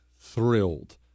thrilled